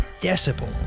decibel